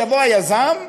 שיבוא היזם,